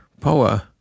power